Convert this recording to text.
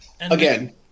Again